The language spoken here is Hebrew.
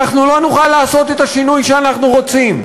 אנחנו לא נוכל לעשות את השינוי שאנחנו רוצים.